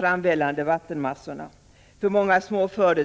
RATE Om åtgärder